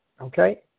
Okay